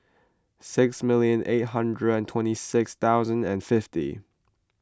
six million eight hundred and twenty six thousand and fifty